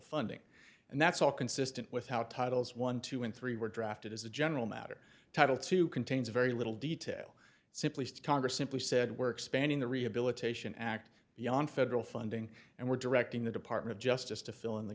funding and that's all consistent with how titles one two and three were drafted as a general matter title two contains very little detail simply congress simply said we're expanding the rehabilitation act the on federal funding and we're directing the department of justice to fill in the